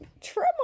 Trim